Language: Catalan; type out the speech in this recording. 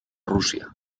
rússia